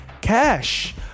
cash